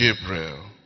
Gabriel